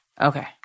Okay